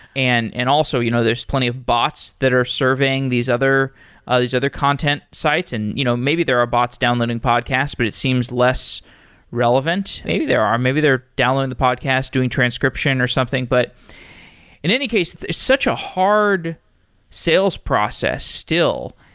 and and also, you know there's plenty of bots that are surveying these other ah these other content sites, and you know maybe there are bots downloading podcasts, but it seems less relevant. maybe there are. maybe they're downloading the podcast, doing transcription or something. but in any case, it's such a hard sales process still.